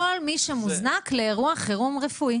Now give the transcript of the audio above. כל מי שמוזנק לאירוע חירום רפואי.